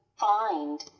find